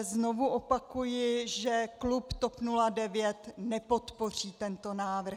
Znovu opakuji, že klub TOP 09 nepodpoří tento návrh.